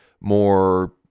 more